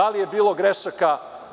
Da li je bilo grešaka?